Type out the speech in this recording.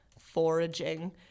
foraging